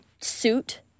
suit